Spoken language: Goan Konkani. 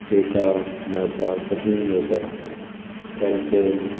डेटा मेळपाक कठीन जाता एरटेल